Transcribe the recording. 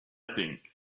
think